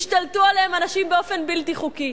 ישתלטו עליהם אנשים באופן בלתי חוקי,